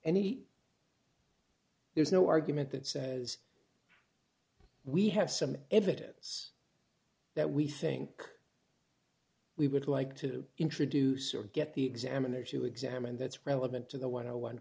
any there's no argument that says we have some evidence that we think we would like to introduce or get the examiner to examine that's relevant to the one